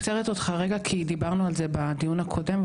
אני עוצרת אותך רגע כי דיברנו על זה בדיון הקודם,